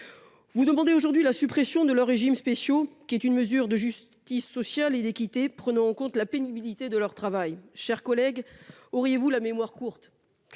Vous demandez aujourd'hui la suppression de leurs régimes spéciaux, qui est une mesure de justice sociale et d'équité prenant en compte la pénibilité de leur travail. Chers collègues, auriez-vous la mémoire courte ?